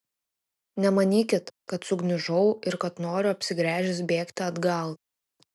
nemanykit kad sugniužau ir kad noriu apsigręžęs bėgti atgal